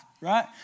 right